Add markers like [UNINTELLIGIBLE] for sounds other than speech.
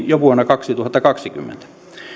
[UNINTELLIGIBLE] jo vuonna kaksituhattakaksikymmentä